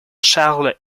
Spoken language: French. charles